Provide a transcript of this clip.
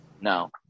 No